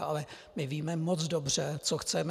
Ale my víme moc dobře, co chceme.